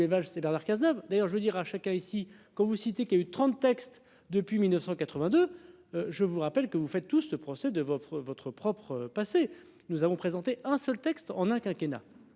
Valls c'est Bernard Cazeneuve. D'ailleurs je veux dire à chacun, ici, quand vous citez qui a eu 30 textes depuis 1982. Je vous rappelle que vous faites tout ce procès de votre votre propre passé, nous avons présenté un seul texte en un quinquennat,